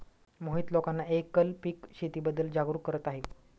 मोहित लोकांना एकल पीक शेतीबद्दल जागरूक करत आहे